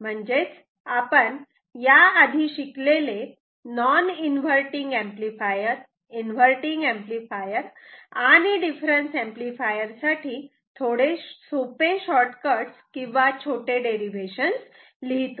म्हणजेच आपण याआधी शिकलेले non inverting amplifier inverting amplifier आणि डिफरन्स एम्पलीफायर साठी थोडे सोपे शॉर्ट कट्स किंवा छोटे डेरिवेशन्स लिहितो